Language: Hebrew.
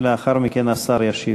ולאחר מכן השר ישיב.